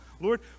Lord